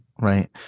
right